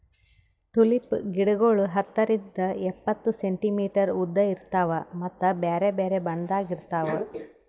tulip ಗಿಡಗೊಳ್ ಹತ್ತರಿಂದ್ ಎಪ್ಪತ್ತು ಸೆಂಟಿಮೀಟರ್ ಉದ್ದ ಇರ್ತಾವ್ ಮತ್ತ ಬ್ಯಾರೆ ಬ್ಯಾರೆ ಬಣ್ಣದಾಗ್ ಇರ್ತಾವ್